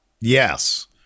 Yes